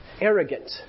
arrogant